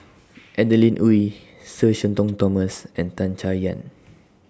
Adeline Ooi Sir Shenton Thomas and Tan Chay Yan